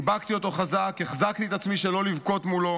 חיבקתי אותו חזק, החזקתי את עצמי שלא לבכות מולו